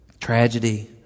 tragedy